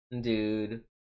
dude